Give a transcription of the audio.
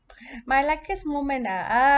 my luckiest moment ah uh